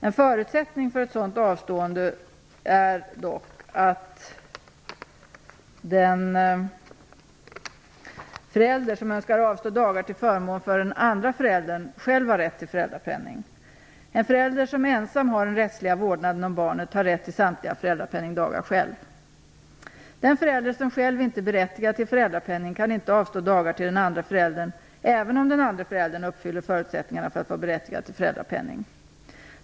En förutsättning för att sådant avstående skall kunna ske är dock att den förälder som önskar avstå dagar till förmån för den andra föräldern själv har rätt till föräldrapenning. En förälder som ensam har den rättsliga vårdnaden om barnet har rätt till samtliga föräldrapenningdagar själv. Den förälder som själv inte är berättigad till föräldrapenning kan inte avstå dagar till den andre föräldern även om den andre föräldern uppfyller förutsättningarna för att vara berättigad till föräldrapenning.